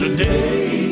Today